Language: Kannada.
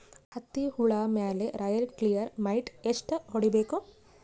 ಹತ್ತಿ ಹುಳ ಮೇಲೆ ರಾಯಲ್ ಕ್ಲಿಯರ್ ಮೈಟ್ ಎಷ್ಟ ಹೊಡಿಬೇಕು?